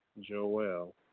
Joel